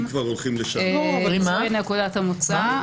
זוהי נקודת המוצא.